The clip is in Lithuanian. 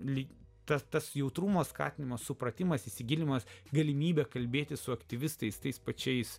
lyg tas tas jautrumo skatinimą supratimas įsigilinimas galimybė kalbėtis su aktyvistais tais pačiais